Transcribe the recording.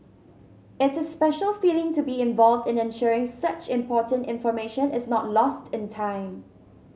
it's a special feeling to be involved in ensuring such important information is not lost in time